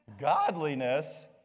Godliness